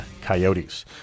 coyotes